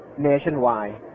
nationwide